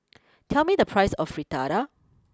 tell me the price of Fritada